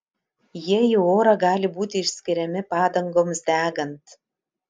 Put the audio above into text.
jie į orą gali būti išskiriami padangoms degant